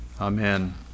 Amen